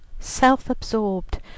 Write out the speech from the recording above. self-absorbed